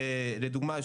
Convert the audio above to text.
לדוגמה,